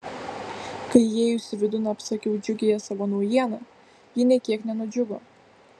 kai įėjusi vidun apsakiau džiugiąją savo naujieną ji nė kiek nenudžiugo